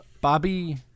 Bobby